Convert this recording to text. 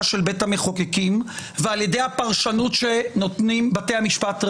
של בית המחוקקים ועל ידי הפרשנות שנותנים בתי המשפט.